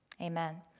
Amen